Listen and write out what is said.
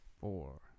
four